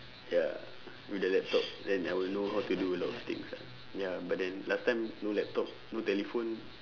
ya with the laptop then I will know how to do a lot of things ah ya but then last time no laptop no telephone